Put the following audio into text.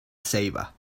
ceiba